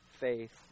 faith